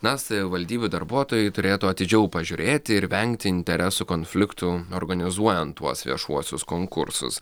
na savivaldybių darbuotojai turėtų atidžiau pažiūrėti ir vengti interesų konfliktų organizuojant tuos viešuosius konkursus